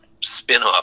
spinoff